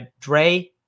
Dre